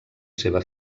seva